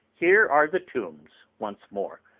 here are the tombs once more.